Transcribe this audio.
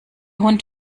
hund